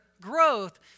growth